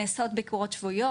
נעשות ביקורות שבועיות.